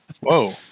Whoa